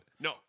No